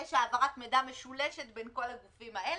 ויש העברת מידע משולשת בין כל הגופים האלה.